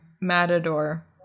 matador